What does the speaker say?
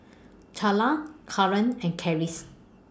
Charla Clarnce and Karis